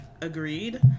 Agreed